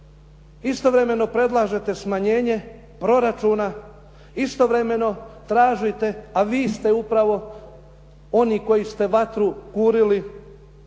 istovremeno predlažete smanjenje proračuna, istovremeno tražite a vi ste upravo oni koji ste vatru kurili